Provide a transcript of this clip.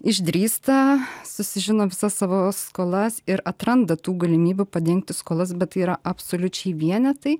išdrįsta susižino visas savo skolas ir atranda tų galimybių padengti skolas bet tai yra absoliučiai vienetai